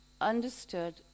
understood